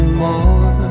more